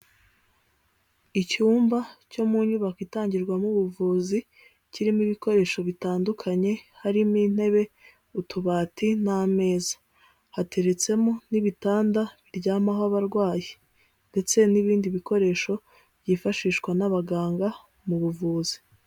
Icyumba cyo mu nyubako itangirwamo ubuvuzi kirimo ibikoresho bitandukanye harimo intebe utubati n'ameza, hateretsemo n'ibitanda biryamaho abarwayi ndetse n'ibindi bikoresho byifashishwa n'abaganga mu buvuzi.